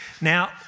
Now